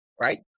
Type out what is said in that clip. right